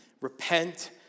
Repent